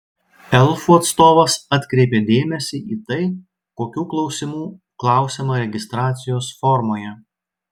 elfų atstovas atkreipė dėmesį į tai kokių klausimų klausiama registracijos formoje